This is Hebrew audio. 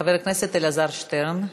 חבר הכנסת אלעזר שטרן,